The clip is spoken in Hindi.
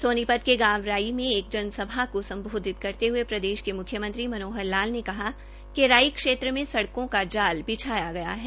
सोनीपत के गांव राई में एक जनसभा को सम्बोधित करते हये प्रदेश के मुख्यमंत्री मनोहर लाल ने कहा कि राई क्षेत्र में सड़कों का जाल बिछाया गया है